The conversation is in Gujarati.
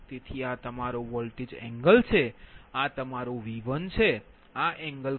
તેથી આ તમારો વોલ્ટેજ એંગલ છે આ તમારો V1 છે આ એંગલ ખરેખર 14